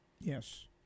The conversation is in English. Yes